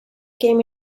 game